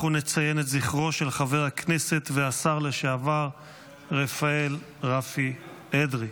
אנחנו נציין את זכרו של חבר הכנסת והשר לשעבר רפאל רפי אדרי.